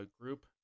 group